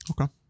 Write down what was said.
Okay